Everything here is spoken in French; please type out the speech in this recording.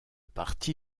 parti